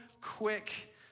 quick